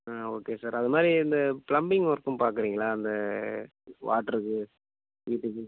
ஆ okay sir அது மாதிரி இந்த பிளம்பிங் ஒர்க்கும் பார்க்குறீங்களா இந்த வாட்டருக்கு வீட்டுக்கு